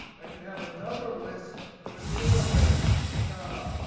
i could have another list within a list comma.